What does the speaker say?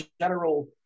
general